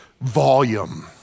volume